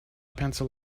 pencil